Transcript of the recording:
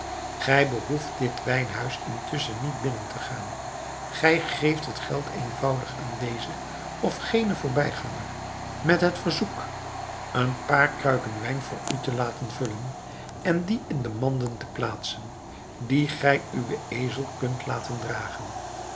gij behoeft dit wijnhuis intusschen niet binnen te gaan gij geeft het geld eenvoudig aan dezen of genen voorbijganger met verzoek een paar kruiken wijn voor u te laten vullen en die in de manden te plaatsen die gij uwen ezel kunt laten dragen